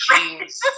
jeans